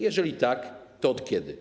Jeżeli tak, to od kiedy?